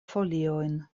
foliojn